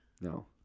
No